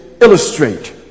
illustrate